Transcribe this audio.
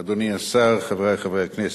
אדוני השר, חברי חברי הכנסת,